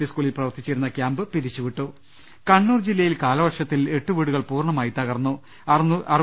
P സ്കൂളിൽ പ്രവർത്തിച്ചി രുന്ന ക്യാംപ് പിരിച്ചുവിട്ടു ് കണ്ണൂർ ജില്ലയിൽ കാലവർഷത്തിൽ എട്ട് വീടുകൾ പൂർണ്ണമായി തകർന്നു